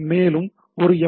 மேலும் ஒரு எஃப்